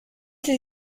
sie